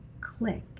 click